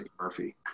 Murphy